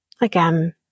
again